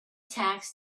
tax